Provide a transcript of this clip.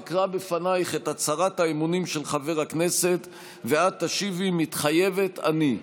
אקרא בפנייך את הצהרת האמונים של חבר הכנסת ואת תשיבי: "מתחייבת אני".